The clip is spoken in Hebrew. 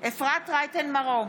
אפרת רייטן מרום,